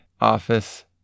office